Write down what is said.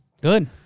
Good